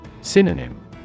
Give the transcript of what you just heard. Synonym